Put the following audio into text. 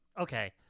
Okay